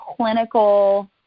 clinical